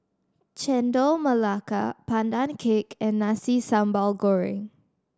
Chendol Melaka Pandan Cake and Nasi Sambal Goreng